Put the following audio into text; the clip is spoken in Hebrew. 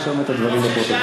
נא לרשום את הדברים בפרוטוקול.